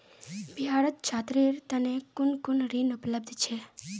बिहारत छात्रेर तने कुन कुन ऋण उपलब्ध छे